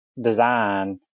design